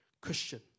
Christian